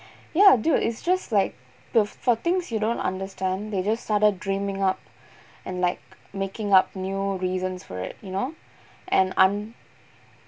ya dude it's just like the for things you don't understand they just started dreaming up and like making up new reasons for it you know and I'm